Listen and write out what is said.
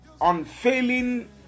unfailing